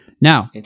Now